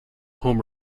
home